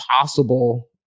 possible